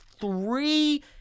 three